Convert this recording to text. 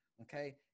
Okay